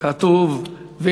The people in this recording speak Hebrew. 400